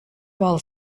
vol